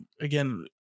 again